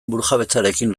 burujabetzarekin